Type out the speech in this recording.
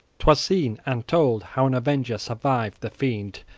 twas seen and told how an avenger survived the fiend,